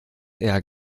eher